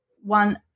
one